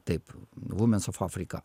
taip womens of africa